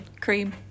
cream